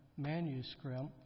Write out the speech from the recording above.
manuscript